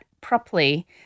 properly